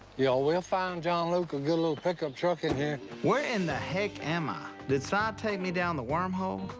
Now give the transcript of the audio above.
y'all, we'll find john luke a good little pickup truck in here. willie where in the heck am i? did si take me down the wormhole?